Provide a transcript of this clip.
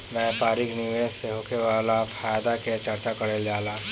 व्यापारिक निवेश से होखे वाला फायदा के चर्चा कईल जाला